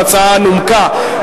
ההצעה נומקה,